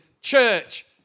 church